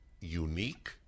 unique